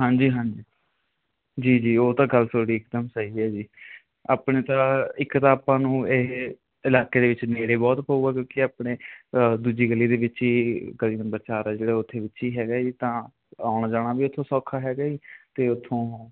ਹਾਂਜੀ ਹਾਂਜੀ ਜੀ ਜੀ ਉਹ ਤਾਂ ਗੱਲ ਤੁਹਾਡੀ ਇਕਦਮ ਸਹੀ ਹੈ ਜੀ ਆਪਣੇ ਤਾਂ ਇੱਕ ਤਾਂ ਆਪਾਂ ਨੂੰ ਇਹ ਇਲਾਕੇ ਦੇ ਵਿੱਚ ਨੇੜੇ ਬਹੁਤ ਪਊਗਾ ਕਿਉਂਕਿ ਆਪਣੇ ਦੂਜੀ ਗਲੀ ਦੇ ਵਿੱਚ ਹੀ ਗਲੀ ਨੰਬਰ ਚਾਰ ਆ ਜਿਹੜਾ ਉੱਥੇ ਵਿੱਚ ਹੀ ਹੈਗਾ ਜੀ ਤਾਂ ਆਉਣ ਜਾਣਾ ਵੀ ਇੱਥੋਂ ਸੌਖਾ ਹੈਗਾ ਜੀ ਅਤੇ ਉੱਥੋਂ